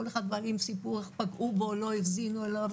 כל אחד בא עם סיפור לא האזינו לו,